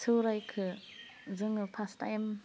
सौराइखौ जोङो फास टाइम